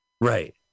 Right